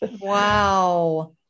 Wow